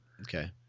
okay